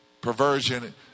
Perversion